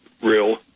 real